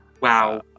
wow